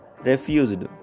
refused